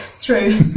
true